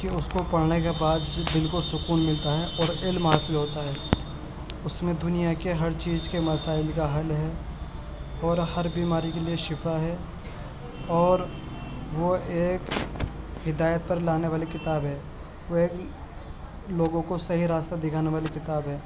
کہ اس کو پڑھنے کے بعد جو دل کو سکون ملتا ہے اور علم حاصل ہوتا ہے اس میں دنیا کے ہر چیز کے مسائل کا حل ہے اور ہر بیماری کے لیے شفا ہے اور وہ ایک ہدایت پر لانے والی کتاب ہے گویا کہ لوگوں کو سہی راستہ دکھانے والی کتاب ہے